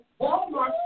Walmart